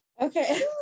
Okay